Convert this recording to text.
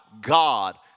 God